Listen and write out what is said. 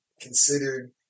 considered